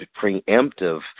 preemptive